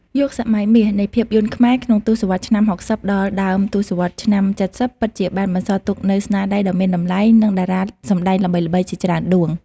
យុគសម័យមាសនៃភាពយន្តខ្មែរក្នុងទសវត្សរ៍ឆ្នាំ៦០ ដល់ដើមទសវត្សរ៍ឆ្នាំ៧០ ពិតជាបានបន្សល់ទុកនូវស្នាដៃដ៏មានតម្លៃ និងតារាសម្ដែងល្បីៗជាច្រើនដួង។